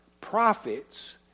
prophets